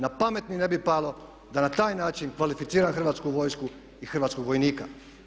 Na pamet mi ne bi palo da na taj način kvalificiram Hrvatsku vojsku i hrvatskog vojnika.